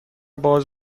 باز